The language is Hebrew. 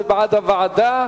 זה בעד הוועדה,